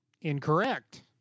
Incorrect